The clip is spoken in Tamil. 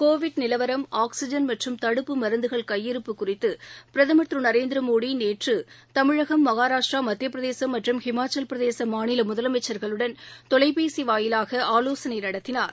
கோவிட் நிலவரம் ஆக்ஸிஜன் மற்றும் தடுப்பு மருந்துகள் கையிருப்பு குறித்துபிரதமர் திருநரேந்திரமோடிநேற்றுதமிழகம் மல்றாராஷ்ட்ரா மத்தியப்பிரதேசம் மற்றம் ஹிமாச்சலப்பிரதேசமாநிலமுதலமைச்சர்களுடன் தொலைபேசிவாயிலாக ஆலோசனைநடத்தினார்